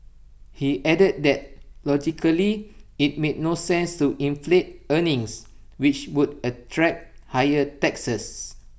he added that logically IT made no sense to inflate earnings which would attract higher taxes